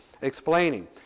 explaining